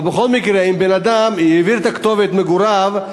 אבל בכל מקרה, אם אדם העביר את כתובת מגוריו,